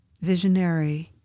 visionary